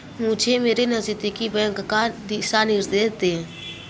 मुझे मेरे नज़दीकी बैंक का दिशा निर्देश दें